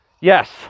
yes